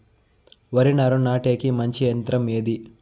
వరి నారు నాటేకి మంచి యంత్రం ఏది?